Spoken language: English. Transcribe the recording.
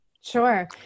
Sure